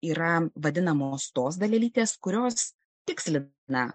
yra vadinamos tos dalelytės kurios tikslina